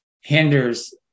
hinders